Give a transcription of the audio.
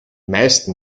meisten